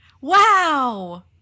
wow